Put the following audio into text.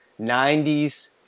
90s